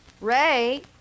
Ray